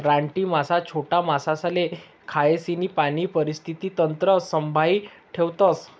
रानटी मासा छोटा मासासले खायीसन पाणी परिस्थिती तंत्र संभाई ठेवतस